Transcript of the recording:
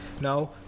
no